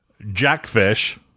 Jackfish